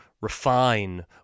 refine